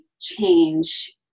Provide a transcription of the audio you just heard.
change